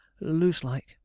Loose-like